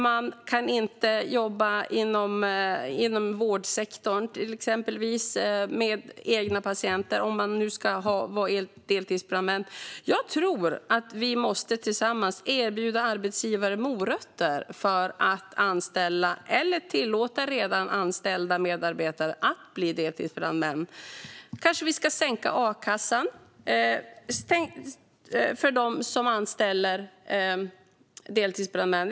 Man kan exempelvis inte jobba inom vårdsektorn med egna patienter om man nu ska vara deltidsbrandman. Jag tror att vi tillsammans måste erbjuda arbetsgivare morötter för att anställa eller tillåta redan anställda medarbetare att bli deltidsbrandmän. Kanske ska vi sänka avgiften till a-kassan för dem som anställer deltidsbrandmän.